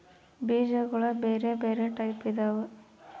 ಬೀಜಗುಳ ಬೆರೆ ಬೆರೆ ಟೈಪಿದವ